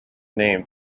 name